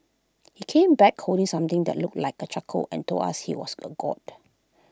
he came back holding something that looked like A charcoal and told us he was A God